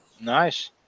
Nice